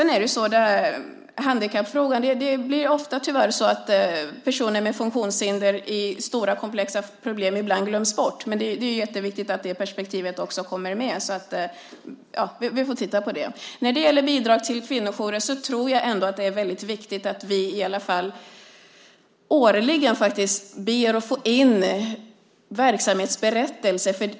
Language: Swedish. När det gäller handikappfrågan blir det tyvärr ofta så att personer med funktionshinder glöms bort i stora komplexa problem, men det är mycket viktigt att även det perspektivet kommer med. Vi får alltså titta på det. Beträffande bidrag till kvinnojourerna tror jag att det trots allt är viktigt att vi årligen ber att få in verksamhetsberättelser.